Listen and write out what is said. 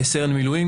סרן במילואים.